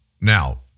Now